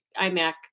iMac